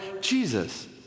Jesus